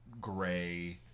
gray